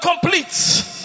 complete